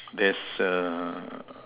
there's a